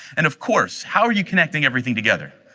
and of course, how you're connecting everything together?